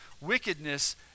wickedness